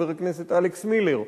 חבר הכנסת אלכס מילר,